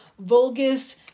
Vulgus